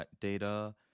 data